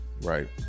right